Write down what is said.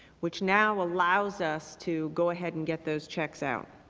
which now allows us to go ahead and get those checks out.